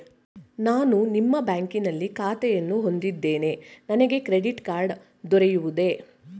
ನಾನು ನಿಮ್ಮ ಬ್ಯಾಂಕಿನಲ್ಲಿ ಖಾತೆಯನ್ನು ಹೊಂದಿದ್ದೇನೆ ನನಗೆ ಕ್ರೆಡಿಟ್ ಕಾರ್ಡ್ ದೊರೆಯುವುದೇ?